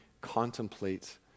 contemplate